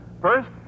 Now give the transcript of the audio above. First